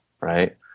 right